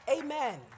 Amen